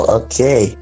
okay